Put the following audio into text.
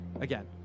again